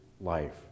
life